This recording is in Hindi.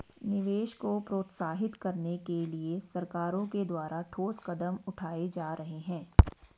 निवेश को प्रोत्साहित करने के लिए सरकारों के द्वारा ठोस कदम उठाए जा रहे हैं